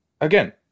again